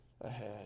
ahead